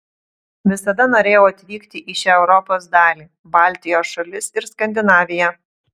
visada norėjau atvykti į šią europos dalį baltijos šalis ir skandinaviją